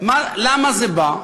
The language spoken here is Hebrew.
למה זה בא?